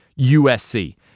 USC